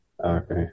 Okay